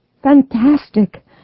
Fantastic